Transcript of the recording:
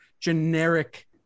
generic